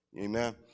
amen